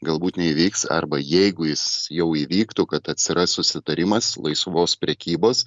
galbūt neįvyks arba jeigu jis jau įvyktų kad atsiras susitarimas laisvos prekybos